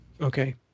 Okay